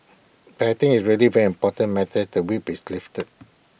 I think it's really very important matters the whip is lifted